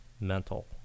mental